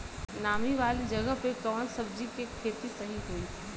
नामी वाले जगह पे कवन सब्जी के खेती सही होई?